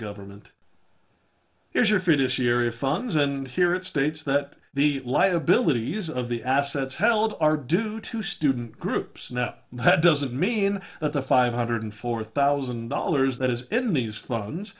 government here's your fetus area funds and here it states that the liabilities of the assets held are due to student groups now that doesn't mean that the five hundred four thousand dollars that is in these loans